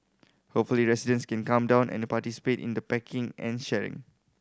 hopefully residents can come down and participate in the packing and sharing